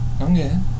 Okay